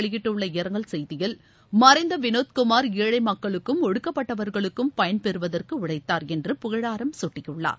வெளியிட்டுள்ள இரங்கல் செய்தியில் மறைந்தவிநோத் குமார் ஏழைமக்களுக்கும் அவர் ஒடுக்கப்பட்டவர்களும்பயன்பெறுவதற்குஉழைத்தார் புகழாரம்குட்டியுள்ளார்